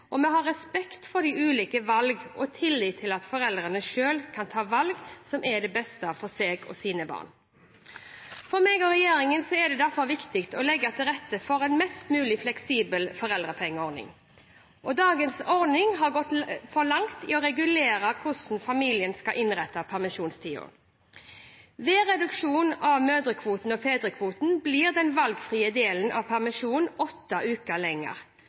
til det beste for seg og sine barn. For meg og regjeringen er det derfor viktig å legge til rette for en mest mulig fleksibel foreldrepengeordning. Dagens ordning har gått for langt i å regulere hvordan familien skal innrette permisjonstiden. Ved reduksjon av mødrekvoten og fedrekvoten blir den valgfrie delen av permisjonen åtte uker